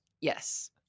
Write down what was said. Yes